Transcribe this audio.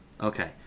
Okay